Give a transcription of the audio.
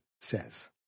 says